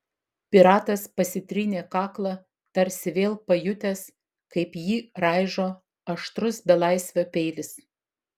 piratas pasitrynė kaklą tarsi vėl pajutęs kaip jį raižo aštrus belaisvio peilis